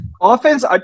offense